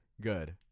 good